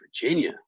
Virginia